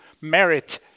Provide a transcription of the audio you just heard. merit